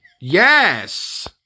Yes